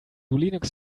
linux